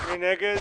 מי נגד?